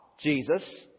Jesus